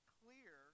clear